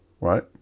right